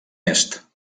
est